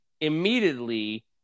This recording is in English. immediately